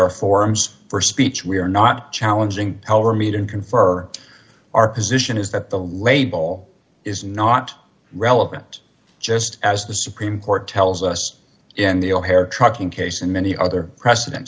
are forms for speech we are not challenging confer our position is that the label is not relevant just as the supreme court tells us in the trucking case and many other president